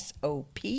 sop